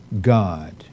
God